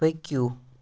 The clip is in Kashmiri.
پٔکِو